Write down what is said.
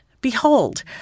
Behold